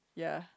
ya